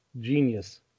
genius